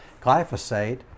glyphosate